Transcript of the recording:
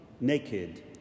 Naked